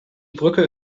brücke